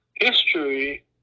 history